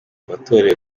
watorewe